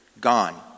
gone